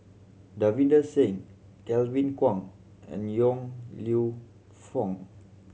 Davinder Singh Kevin Kwan and Yong Lew Foong